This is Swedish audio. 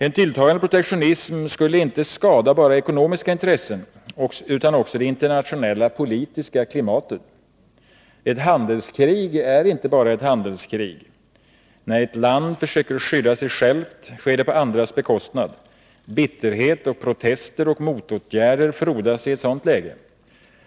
En tilltagande protektionism skulle skada inte bara ekonomiska intressen utan också det internationella politiska klimatet. Ett handelskrig är inte bara ett handelskrig. När ett land försöker skydda sig självt sker det på andras bekostnad. Bitterhet, protester och motåtgärder frodas i ett sådant läge.